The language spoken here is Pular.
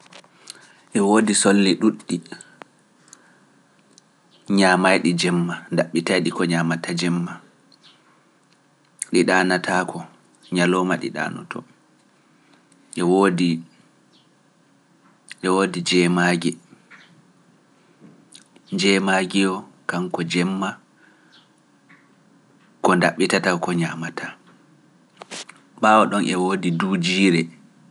E woodi solle ɗuuɗɗi ñaamaay ɗi jemma, ndaɓɓitaa ɗi ko ñaamata jemma, ɗi ɗaanataako ñalooma ɗi ɗaanoto, e woodi jeemaaji, jeemaaji yo kanko jemma ko ndaɓɓitata ko ñaamataa. Ɓaawo ɗon e woodi duujiire.